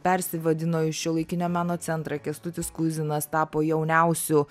persivadino į šiuolaikinio meno centrą kęstutis kuizinas tapo jauniausiu